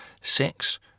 six